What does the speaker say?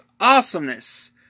awesomeness